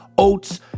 Oats